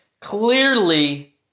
clearly